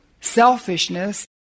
selfishness